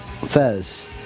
Fez